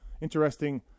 Interesting